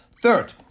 Third